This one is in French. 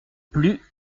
plus